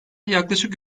yaklaşık